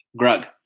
grug